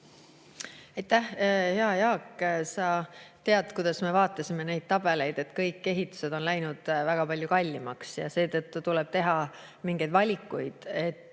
Hea Jaak, sa tead, kuidas me neid tabeleid vaatasime. Kõik ehitused on läinud väga palju kallimaks ja seetõttu tuleb teha mingeid valikuid.